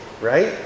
right